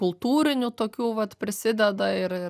kultūrinių tokių vat prisideda ir ir